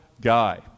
guy